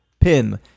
PIN